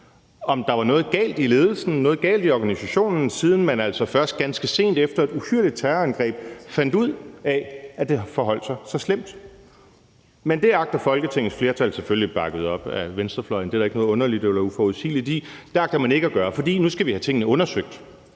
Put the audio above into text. om der var noget galt i ledelsen eller noget galt i organisationen, siden man altså først ganske sent efter et uhyrligt terrorangreb fandt ud af, at det har forholdt sig så slemt. Men det agter Folketingets flertal ikke at gøre – selvfølgelig bakket op af venstrefløjen; det er der ikke noget underligt eller uforudsigeligt i – for nu skal vi have tingene undersøgt.